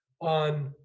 on